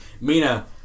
Mina